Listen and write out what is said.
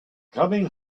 coming